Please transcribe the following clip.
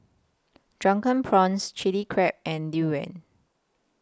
Drunken Prawns Chili Crab and Durian